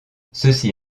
ceci